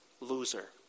loser